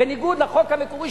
בניגוד לחוק המקורי,